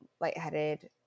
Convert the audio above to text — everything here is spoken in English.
lightheaded